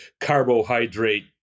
carbohydrate